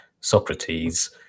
Socrates